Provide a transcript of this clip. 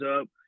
up